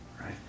right